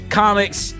comics